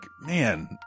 man